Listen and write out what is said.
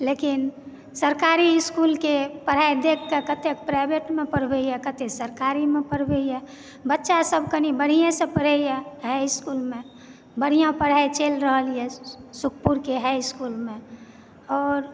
लेकिन सरकारी स्कूलके पढ़ाइ देखिके कतेक प्राइवेटमे पढ़बैए कतेक सरकारीमे पढ़बैए बच्चासभ कनि बढ़िआँसँ पढ़यए हाईइस्कूलमे बढ़िआँ पढ़ाई चलि रहलए सुखपुरके हाईइस्कूलमे आओर